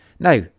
Now